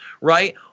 right